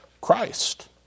Christ